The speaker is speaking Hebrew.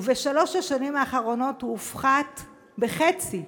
ובשלוש השנים האחרונות הוא הופחת בחצי,